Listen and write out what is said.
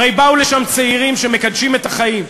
הרי באו לשם צעירים שמקדשים את החיים,